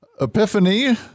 Epiphany